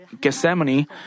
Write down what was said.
Gethsemane